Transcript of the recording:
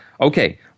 Okay